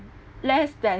less than